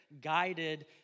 guided